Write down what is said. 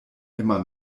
immer